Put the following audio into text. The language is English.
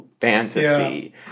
fantasy